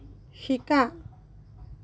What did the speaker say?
শিকা